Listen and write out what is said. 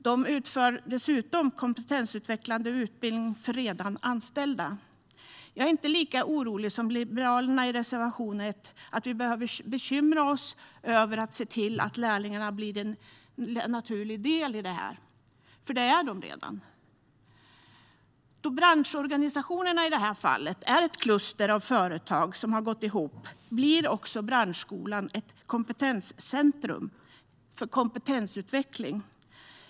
De utför dessutom kompetensutvecklande utbildning för redan anställda. Jag är inte lika orolig som Liberalerna i reservation 1 att vi behöver bekymra oss om att se till att lärlingar blir en naturlig del av detta, för det är de redan. Då branschorganisationerna i det här fallet är ett kluster av företag som har gått ihop blir också branschskolan ett centrum för kompetensutveckling.